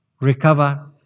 recover